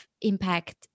impact